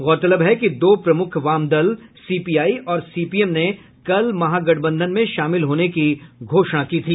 गौरतलब है कि दो प्रमुख वाम दल सीपीआई और सीपीएम ने कल महागठबंधन में शामिल होने की घोषणा की थी